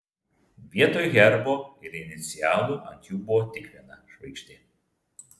vietoj herbo ir inicialų ant jų buvo tik viena žvaigždė